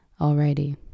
Alrighty